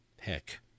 Heck